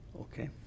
Okay